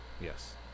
yes